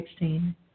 2016